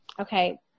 Okay